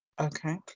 Okay